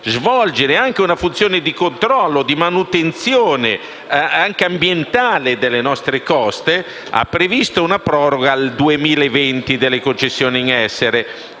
svolgendo anche una funzione di controllo e manutenzione delle nostre coste, ha previsto una proroga al 2020 delle concessioni in essere,